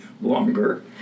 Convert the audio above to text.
longer